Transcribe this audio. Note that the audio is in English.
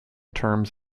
terms